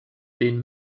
been